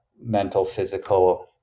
mental-physical